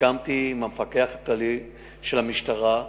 שסיכמתי עם המפקח הכללי של המשטרה,